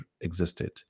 existed